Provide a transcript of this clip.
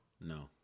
No